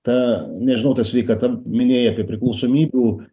ta nežinau ta sveikata minėjai apie priklausomybių